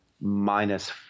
minus